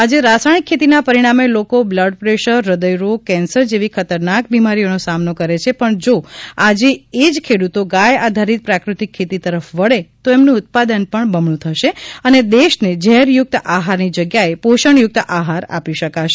આજે રાસાયણિક ખેતીના પરિણામે લોકો બ્લડપ્રેશર હૃદયરોગ કેન્સર જેવી ખતરનાક બીમારીઓનો સામનો કરે છે પણ જો આજે એ જ ખેડૂત ગાય આધારિત પ્રાકૃતિક ખેતી તરફ વળે તો એમનું ઉત્પાદન પણ બમણું થશે અને દેશને ઝેર યુક્ત આહારની જગ્યાએ પોષણયુક્ત આહાર આપી શકશે